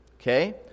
Okay